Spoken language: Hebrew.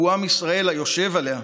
והוא עם ישראל היושב עליה,